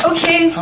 Okay